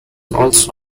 also